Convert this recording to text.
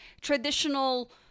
traditional